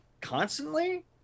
constantly